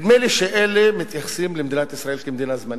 נדמה לי שאלה מתייחסים למדינת ישראל כמדינה זמנית.